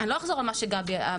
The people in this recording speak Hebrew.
אני לא אחזור על מה שגבי אמרה,